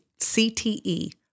CTE